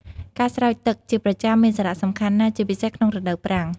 ការស្រោចទឹកជាប្រចាំមានសារៈសំខាន់ណាស់ ជាពិសេសក្នុងរដូវប្រាំង។